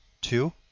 two